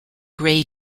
grey